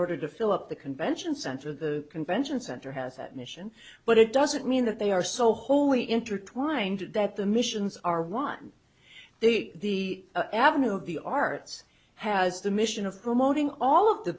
order to fill up the convention center the convention center has that mission but it doesn't mean that they are so wholly intertwined that the missions are one the avenue of the arts has the mission of promoting all of the